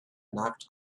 knocked